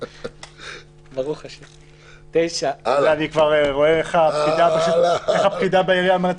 אני כבר רואה איך הפקידה בעירייה אומרת: